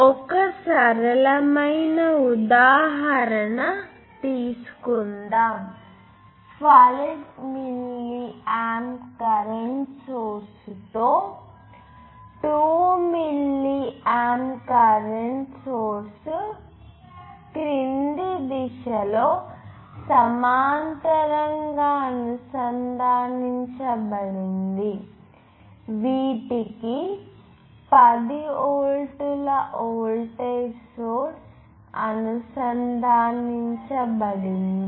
ఒక సరళమైన ఉదాహరణ తీసుకుందాం 5 మిల్లియాంప్ కరెంట్ సోర్స్తో 2 మిల్లియాంప్ కరెంట్ సోర్స్ క్రింది దిశలో సమాంతరంగా అనుసంధానించబడింది వీటికి 10 వోల్టుల వోల్టేజ్ సోర్స్ అనుసంధానించబడింది